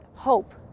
Hope